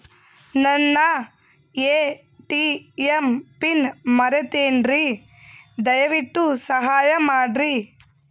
ನನ್ನ ATM PIN ಮರೆತೇನ್ರೀ, ದಯವಿಟ್ಟು ಸಹಾಯ ಮಾಡ್ರಿ